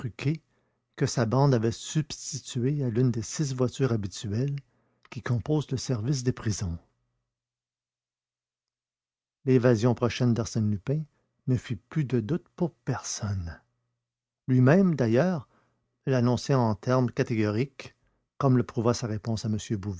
que sa bande avait substituée à l'une des six voitures habituelles qui composent le service des prisons l'évasion prochaine d'arsène lupin ne fit plus de doute pour personne lui-même d'ailleurs l'annonçait en termes catégoriques comme le prouva sa réponse à